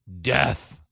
Death